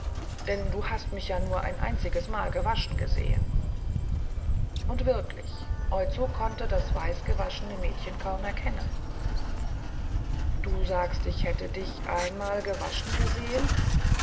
denn du hast mich ja nur ein einziges mal gewaschen gesehen und wirklich oizo konnte das weiß gewaschene mädchen kaum erkennen du sagst ich hätte dich einmal gewaschen gesehen